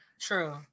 True